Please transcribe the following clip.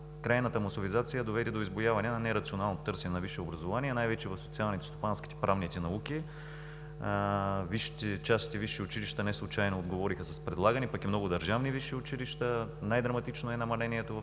Крайната масовизация доведе до избуяване на нерационално търсене на висше образование, най-вече в социалните, стопанските и правните науки. Частните висши училища неслучайно отговориха с предлагане, пък и много държавни висши училища. Най-драматично е намалението в